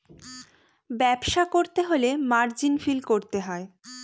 ব্যবসা করতে হলে মার্জিন ফিল করতে হয়